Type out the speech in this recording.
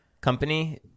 company